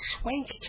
swank